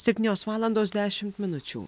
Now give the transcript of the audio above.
septynios valandos dešimt minučių